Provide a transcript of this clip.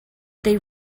they